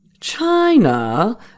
China